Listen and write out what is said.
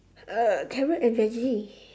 uh carrot and veggie